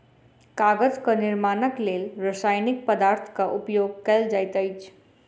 कागजक निर्माणक लेल रासायनिक पदार्थक उपयोग कयल जाइत अछि